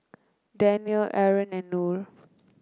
Danial Aaron and Nor